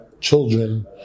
children